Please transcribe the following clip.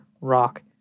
rock